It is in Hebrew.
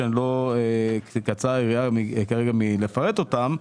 ותקצר היריעה מלפרט אותם.